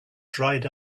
dried